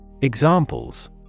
Examples